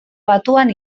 batuan